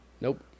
Nope